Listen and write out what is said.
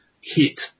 hit